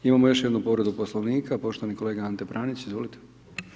Imamo još jednu povredu poslovnika, poštovani kolega Ante Pranić, izvolite.